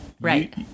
right